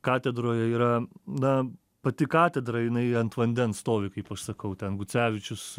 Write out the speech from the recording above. katedroje yra na pati katedra jinai ant vandens stovi kaip aš sakau ten gucevičius